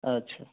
अच्छा